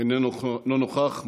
אינו נוכח,